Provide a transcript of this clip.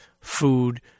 food